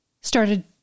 started